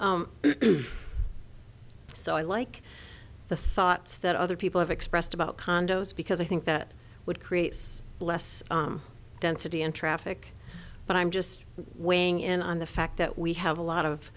so i like the thoughts that other people have expressed about condos because i think that would create less density and traffic but i'm just weighing in on the fact that we have a lot